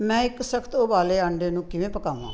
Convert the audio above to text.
ਮੈਂ ਇੱਕ ਸਖ਼ਤ ਉਬਾਲੇ ਅੰਡੇ ਨੂੰ ਕਿਵੇਂ ਪਕਾਵਾਂ